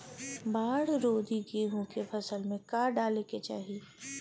बाढ़ रोधी गेहूँ के फसल में का डाले के चाही?